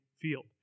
field